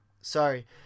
sorry